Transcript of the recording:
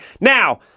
Now